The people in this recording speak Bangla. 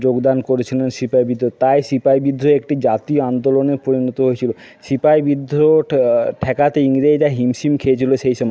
যোগদান করেছিলেন সিপাহি বিদ্রোহে তাই সিপাহি বিদ্রোহ একটি জাতি আন্দোলনে পরিণত হয়েছিলো সিপাহি বিদ্রোহ ঠ্যা ঠেকাতে ইংরেজরা হিমসিম খেয়েছিলো সেই সময়